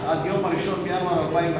אך עד יום 1 בינואר 2015,